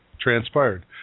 transpired